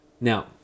Now